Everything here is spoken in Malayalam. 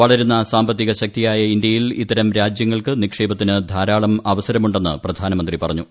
വളരുന്ന സാമ്പത്തിക ശക്തിയായ ഇന്ത്യയിൽ ഇത്തരം രാജ്യങ്ങൾക്ക് നിക്ഷേപത്തിന് ധാരാളം അ്വസരമുണ്ടെന്ന് പ്രധാനമന്ത്രി പറഞ്ഞു